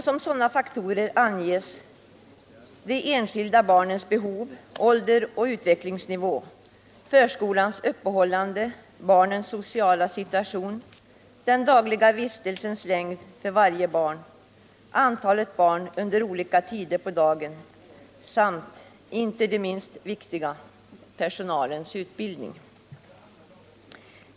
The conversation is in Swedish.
Som sådana faktorer anges de enskilda barnens behov, ålder och utvecklingsnivå, förskolans öppethållande, barnens sociala situation, den dagliga vistelsens längd för varje barn, antalet barn under olika tider på dagen samt — inte det minst viktiga — personalens utbildning.